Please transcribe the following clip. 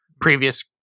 previous